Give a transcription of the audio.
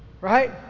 Right